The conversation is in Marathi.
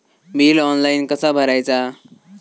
बिल ऑनलाइन कसा भरायचा?